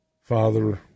father